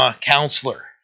Counselor